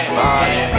body